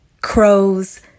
crows